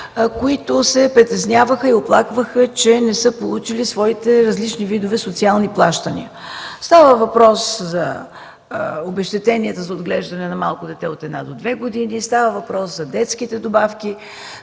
които се притесняваха и оплакваха, че не са получили своите различни видове социални плащания. Става въпрос за обезщетения за отглеждане на малко дете от една до две години, за детските добавки,